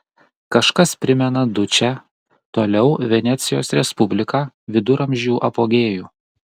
kažkas primena dučę toliau venecijos respubliką viduramžių apogėjų